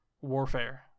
warfare